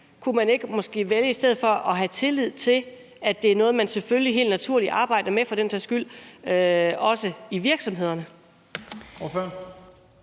om man ikke i stedet for kunne vælge at have tillid til, at det er noget, man selvfølgelig helt naturligt arbejder med, for den sags skyld også i virksomhederne?